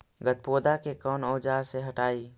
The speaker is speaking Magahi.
गत्पोदा के कौन औजार से हटायी?